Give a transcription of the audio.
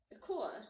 cool